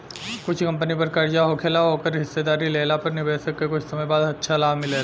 कुछ कंपनी पर कर्जा होखेला ओकर हिस्सेदारी लेला पर निवेशक के कुछ समय बाद अच्छा लाभ मिलेला